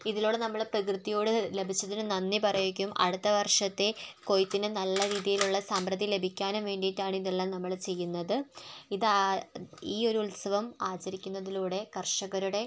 ഇതിലൂടെ നമ്മൾ പ്രകൃതിയോട് ലഭിച്ചതിൽ നന്ദി പറയുകയും അടുത്ത വർഷത്തെ കൊയ്ത്തിന് നല്ല രീതിയിലുള്ള സമൃദ്ധി ലഭിക്കാനും വേണ്ടീട്ടാണ് ഏതെല്ലാം നമ്മൾ ചെയ്യുന്നത് ഇതാ ഈ ഒരു ഉത്സവം ആചരിക്കുന്നതിലൂടെ കർഷകരുടെ